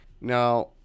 Now